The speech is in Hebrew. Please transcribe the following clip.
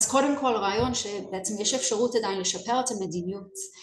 ‫אז קודם כול, רעיון שבעצם יש אפשרות ‫עדיין לשפר את המדיניות.